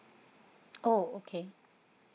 oh okay